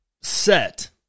set